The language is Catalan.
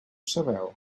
sabeu